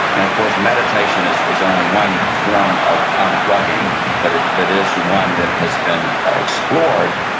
and of course, meditation is is only one form of unplugging, but it but is one that has been explored.